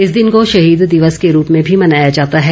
इस दिन को शहीद दिवस के रूप में भी मनाया जाता है